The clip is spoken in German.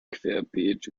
querbeet